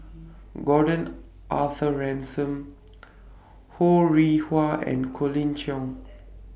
Gordon Arthur Ransome Ho Rih Hwa and Colin Cheong